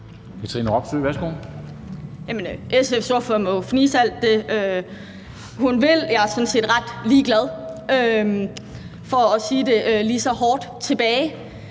Katrine Robsøe (RV): Jamen SF's ordfører må jo fnise alt det, hun vil. Jeg er sådan set ret ligeglad, for at sige det lige så hårdt tilbage.